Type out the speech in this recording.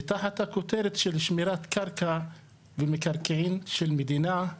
ותחת הכותרת של שמירת קרקע ומקרקעין של מדינה,